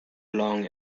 along